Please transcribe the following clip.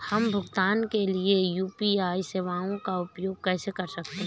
हम भुगतान के लिए यू.पी.आई सेवाओं का उपयोग कैसे कर सकते हैं?